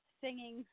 singing